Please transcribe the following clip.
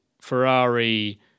Ferrari